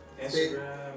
Instagram